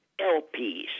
LPs